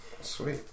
Sweet